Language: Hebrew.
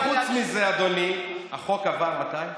וחוץ מזה, אדוני, החוק עבר מתי?